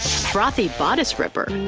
frothy bodice ripper.